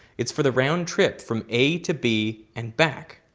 it's for the round trip from a to b and back.